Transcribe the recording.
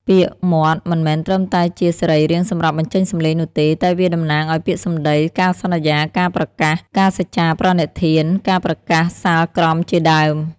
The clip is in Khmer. ពាក្យ "មាត់" មិនមែនត្រឹមតែជាសរីរាង្គសម្រាប់បញ្ចេញសំឡេងនោះទេ តែវាតំណាងឱ្យពាក្យសម្ដី ការសន្យា ការប្រកាស ការសច្ចាប្រណិធាន ការប្រកាសសាលក្រមជាដើម។